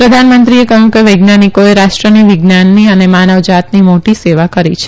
પ્રધાનમંત્રીએ કહ્યું કે વૈજ્ઞાનિકોએ રાષ્ટ્રની વિજ્ઞાનની અને માનવજાતની મોટી સેવા કરી છે